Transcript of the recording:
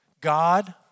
God